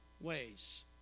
ways